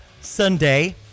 Sunday